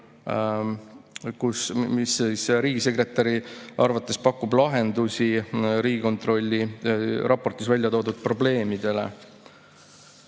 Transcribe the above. mis riigisekretäri arvates pakub lahendusi Riigikontrolli raportis välja toodud probleemidele.